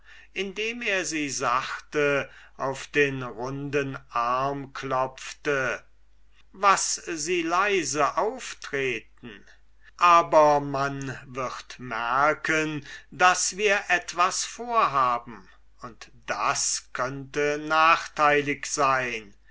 indem er sie sachte auf den runden arm klopfte was sie leise auftreten aber man wird merken daß wir etwas vorhaben und das könnte nachteilig sein